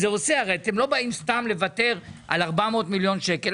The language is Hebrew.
הרי אתם לא באים סתם לוותר על 400 מיליון שקל,